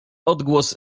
odgłos